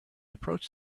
approached